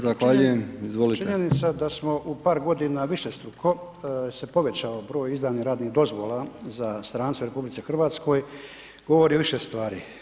Zahvaljujem. … [[Govornik se ne razumije zbog najave.]] činjenica da smo u par godina višestruko se povećao broj izdanih radnih dozvola za strance u RH govori više stvari.